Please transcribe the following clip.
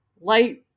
Light